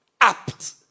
apt